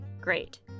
great